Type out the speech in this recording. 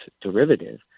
derivative